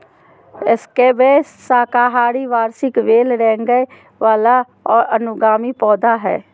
squash साकाहारी वार्षिक बेल रेंगय वला और अनुगामी पौधा हइ